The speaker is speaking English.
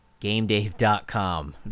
Gamedave.com